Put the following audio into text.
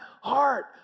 heart